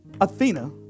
Athena